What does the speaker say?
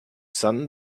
sun